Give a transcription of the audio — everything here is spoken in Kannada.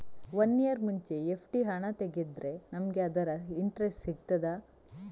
ವನ್ನಿಯರ್ ಮುಂಚೆ ಎಫ್.ಡಿ ಹಣ ತೆಗೆದ್ರೆ ನಮಗೆ ಅದರ ಇಂಟ್ರೆಸ್ಟ್ ಸಿಗ್ತದ?